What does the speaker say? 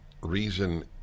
reason